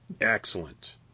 Excellent